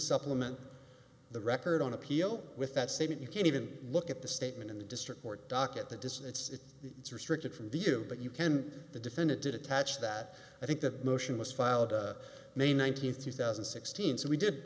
supplement the record on appeal with that statement you can't even look at the statement in the district court docket to decide it's it's restricted from view but you can the defendant did attach that i think that motion was filed may nineteenth two thousand and sixteen so we did